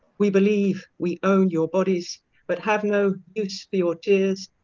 we believe we own your bodies but have no use for your tears.